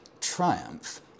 Triumph